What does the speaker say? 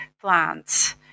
plants